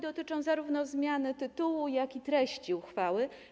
Dotyczy ona zarówno zmiany tytułu, jak i treści uchwały.